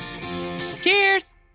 Cheers